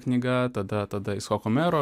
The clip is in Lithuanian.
knyga tada tada icchoko mero